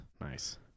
Nice